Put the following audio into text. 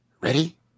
Ready